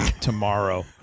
tomorrow